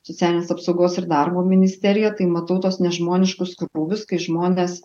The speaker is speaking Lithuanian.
socialinės apsaugos ir darbo ministerija tai matau tuos nežmoniškus krūvius kai žmonės